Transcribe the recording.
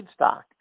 feedstock